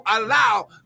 allow